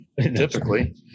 typically